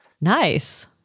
Nice